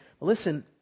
Listen